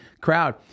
crowd